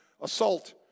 assault